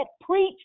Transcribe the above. Preach